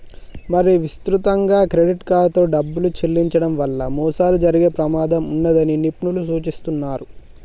మరీ విస్తృతంగా క్రెడిట్ కార్డుతో డబ్బులు చెల్లించడం వల్ల మోసాలు జరిగే ప్రమాదం ఉన్నదని నిపుణులు సూచిస్తున్నరు